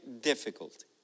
difficult